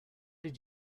did